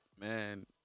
man